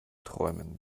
träumen